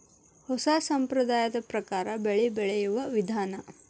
ಹೊಸಾ ಸಂಪ್ರದಾಯದ ಪ್ರಕಾರಾ ಬೆಳಿ ಬೆಳಿಯುವ ವಿಧಾನಾ